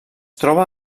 troba